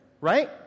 Right